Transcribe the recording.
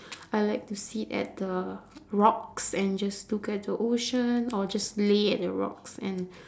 I like to sit at the rocks and just look at the ocean or just lay at the rocks and